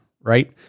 right